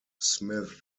smith